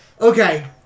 Okay